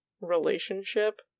relationship